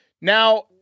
Now